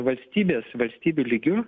valstybės valstybių lygiu